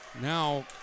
Now